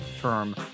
term